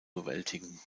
bewältigen